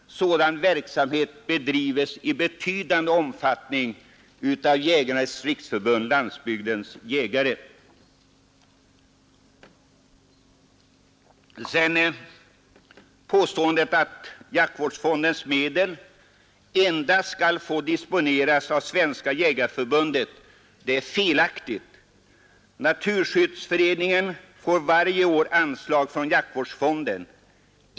Sådan verksamhet bedrivs i betydande omfattning av Jägarnas riksförbund-Landsbygdens jägare. Påståendet att jaktvårdsfondens medel endast skall få disponeras av Svenska jägareförbundet är felaktigt. Naturskyddsföreningen får varje år anslag från jaktvårdsfonden.